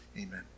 Amen